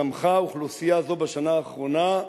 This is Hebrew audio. צמחה אוכלוסייה זו בשנה האחרונה,